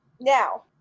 Now